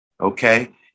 Okay